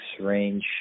range